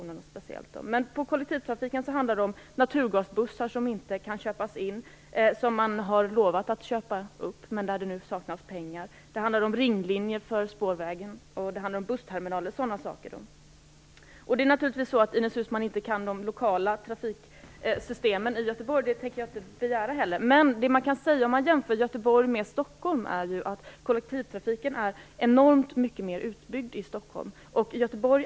Men när det gäller kollektivtrafiken handlar det om att naturgasbussar inte kan köpas in så som det lovats, för det saknas pengar, och det handlar om ringlinjer för spårvägen och bussterminaler. Det är naturligtvis så att Ines Uusmann inte kan de lokala trafiksystemen i Göteborg, och det begär jag inte heller, men man kan säga att kollektivtrafiken är enormt mycket mer utbyggd i Stockholm än i Göteborg.